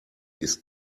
ist